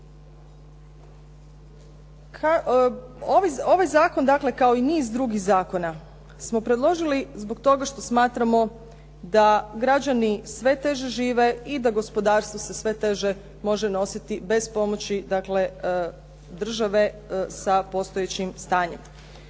Ovaj zakon dakle kao i niz drugih zakona smo predložili zbog toga što smatramo da građani sve teže žive i da gospodarstvo se sve teže može nositi bez pomoći države sa postojećim stanjem.